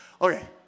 Okay